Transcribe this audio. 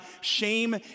shame